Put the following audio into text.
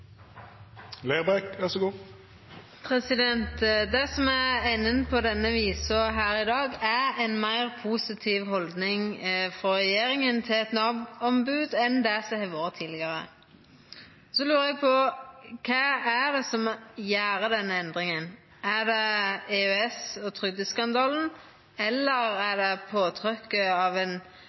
Det som er enden på denne visa her i dag, er ei meir positiv haldning frå regjeringa til eit Nav-ombod enn det som har vore tidlegare. Då lurer eg på: Kva er årsaka til denne endringa? Er det EØS og trygdeskandalen? Er det påtrykket frå svært alvorlege konsekvensar av